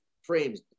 frames